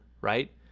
right